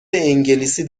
انگلیسی